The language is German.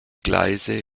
gleise